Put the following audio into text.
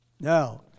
Now